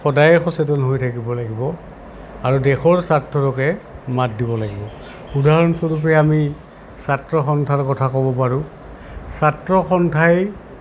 সদায়ে সচেতন হৈ থাকিব লাগিব আৰু দেশৰ স্বাৰ্থৰ হকে মাত দিব লাগিব উদাহৰণস্বৰূপে আমি ছাত্ৰসন্থাৰ কথা ক'ব পাৰোঁ ছাত্ৰ সন্থাই